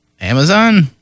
Amazon